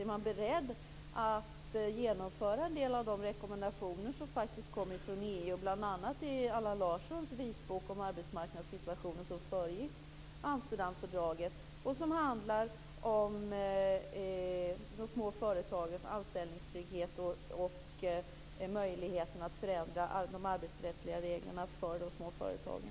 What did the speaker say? Är Socialdemokraterna beredda att genomföra en del av de rekommendationer som faktiskt kommer från EU, bl.a. i Allan Larssons vitbok om arbetsmarknadssituationen som föregick Amsterdamfördraget och som handlar om de små företagens anställningstrygghet och möjligheten att förändra de arbetsrättsliga reglerna för de små företagen?